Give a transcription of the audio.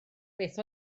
beth